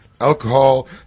Alcohol